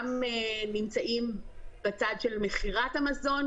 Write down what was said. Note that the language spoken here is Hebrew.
גם נמצאים בצד של מכירת המזון,